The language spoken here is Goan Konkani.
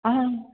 आं